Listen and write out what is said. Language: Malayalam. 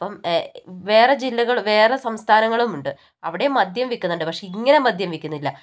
അപ്പം വേറെ ജില്ലകള് വേറെ സംസ്ഥാനങ്ങളുമുണ്ട് അവിടെയും മദ്യം വിയ്ക്കുന്നുണ്ട് പക്ഷേ ഇങ്ങനെ മദ്യം വിയ്ക്കുന്നില്ല